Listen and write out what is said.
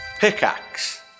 pickaxe